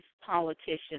politicians